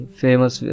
famous